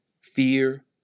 fear